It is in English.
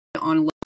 on